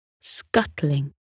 scuttling